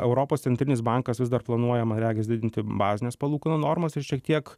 europos centrinis bankas vis dar planuojamąman regis didinti bazines palūkanų normas ir šiek tiek